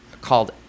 called